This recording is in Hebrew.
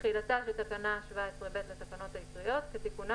תחילתה של תקנה 17(ב) לתקנות העיקריות כתיקונה